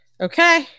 Okay